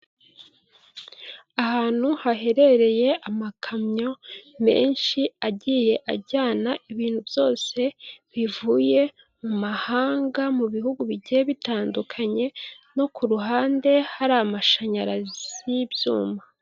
Ahantu haherereye amakamyo menshi agiye ajyana ibintu byose bivuye mu mahanga, mu bihugu bigiye bitandukanye no ku ruhande hari amashanyarazi y'ibyuma.